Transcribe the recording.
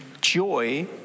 joy